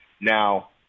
Now